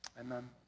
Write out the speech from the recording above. Amen